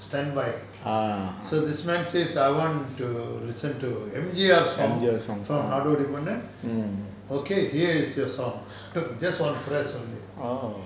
standby so this man says I want to listen to M_G_R song from naadodi mannan okay here is your song just one press only